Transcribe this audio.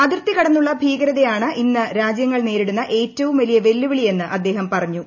അതിർത്തി കടന്നുള്ള ഭീകരതയാണ് ഇന്ന് രാജ്യങ്ങൾ നേരിടുന്ന ഏറ്റവും വലിയ വെല്ലുവിളി എന്ന് അദ്ദേഹം പറഞ്ഞു